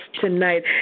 tonight